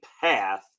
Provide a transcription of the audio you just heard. path